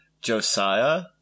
Josiah